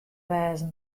wêze